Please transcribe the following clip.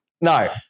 no